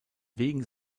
wegen